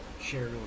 Share